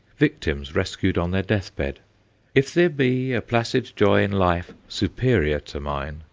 victims rescued on their death-bed. if there be a placid joy in life superior to mine,